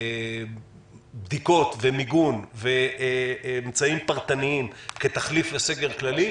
בבדיקות ומיגון ואמצעים פרטניים כתחליף לסגר כללי,